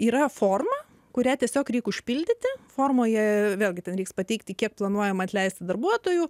yra forma kurią tiesiog reik užpildyti formoje vėlgi tam reiks pateikti kiek planuojama atleisti darbuotojų